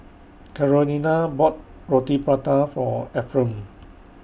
Carolina bought Roti Prata For Efrem